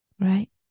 Right